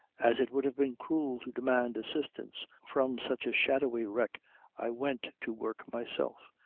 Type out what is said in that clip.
as it would have been cruel to demand assistance from such a shadowy wreck i went to work myself,